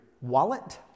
wallet